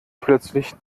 plötzlich